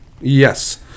Yes